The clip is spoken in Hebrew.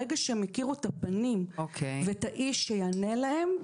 ברגע שהם הכירו את הפנים ואת האיש שיענה להם,